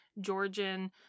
Georgian